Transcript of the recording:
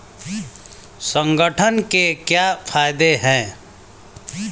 संगठन के क्या फायदें हैं?